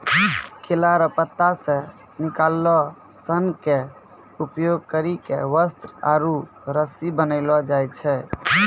केला रो पत्ता से निकालो सन के उपयोग करी के वस्त्र आरु रस्सी बनैलो जाय छै